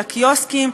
לקיוסקים,